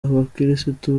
abakirisitu